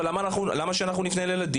אבל למה שנפנה לילדים?